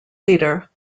leader